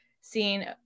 seeing